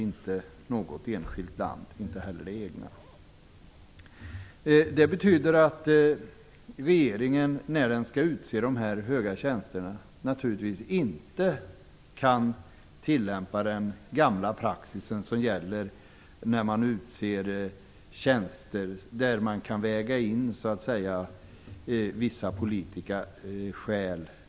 När dessa höga tjänster skall utses kan regeringen naturligtvis inte tillämpa den gamla praxis som gäller när man utser tjänster, som t.ex. att väga in vissa politiska skäl.